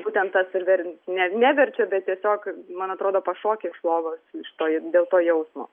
būtent tas ir ver ne neverčia bet tiesiog man atrodo pašoki iš lovos iš to j dėl to jausmo